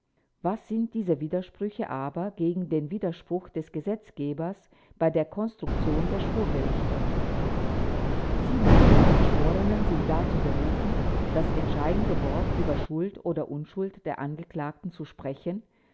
was sind diese widersprüche aber gegen den widerspruch des gesetzgebers bei der konstruktion der schwurgerichte sie meine herren geschworenen sind dazu berufen das entscheidende wort über schuld oder unschuld der angeklagten zu sprechen